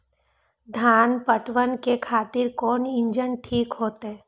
धान पटवन के खातिर कोन इंजन ठीक होते?